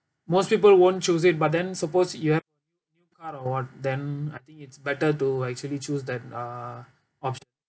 most people won't choose it but then suppose you have your car or [what] then I think it's better to actually choose that uh option